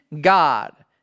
God